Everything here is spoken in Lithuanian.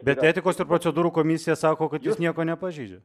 bet etikos ir procedūrų komisija sako kad jūs nieko nepažeidžiat